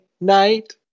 night